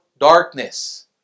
darkness